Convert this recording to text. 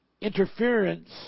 interference